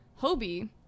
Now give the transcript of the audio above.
Hobie